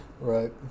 Right